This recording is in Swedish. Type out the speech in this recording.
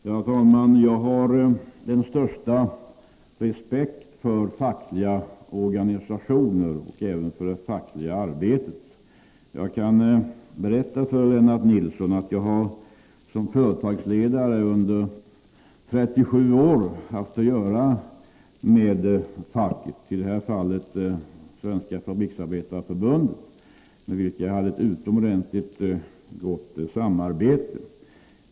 Herr talman! Jag har den största respekt för fackliga organisationer och även för det fackliga arbetet. Jag kan berätta för Lennart Nilsson att jag som företagsledare under 37 år haft att göra med facket —-i det här fallet Svenska Fabriksarbetareförbundet— med vilka jag hade ett utomordentligt gott samarbete.